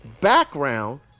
background